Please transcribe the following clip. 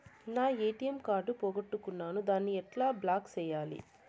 నా ATM card పోగొట్టుకున్నాను, దాన్ని ఎట్లా బ్లాక్ సేయాలి?